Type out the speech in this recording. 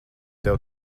tev